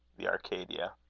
the arcadia